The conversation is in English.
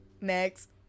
next